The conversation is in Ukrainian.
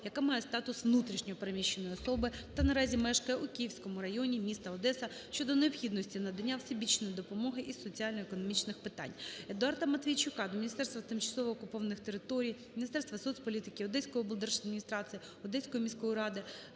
яка має статус внутрішньо переміщеної особи та наразі мешкає у Київському районі міста Одеса щодо необхідності надання всебічної допомоги із соціально-економічних питань. Едуарда Матвійчука до Міністерства з тимчасово окупованих територій, Міністерствасоцполітики, Одеської облдержадміністрації, Одеської міської ради